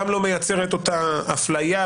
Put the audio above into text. גם לא מייצר את אותה אפליה,